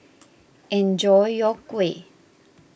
enjoy your Kuih